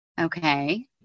Okay